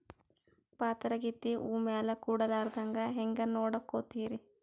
ಪಾತರಗಿತ್ತಿ ಹೂ ಮ್ಯಾಲ ಕೂಡಲಾರ್ದಂಗ ಹೇಂಗ ನೋಡಕೋತಿರಿ?